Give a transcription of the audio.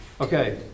Okay